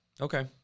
Okay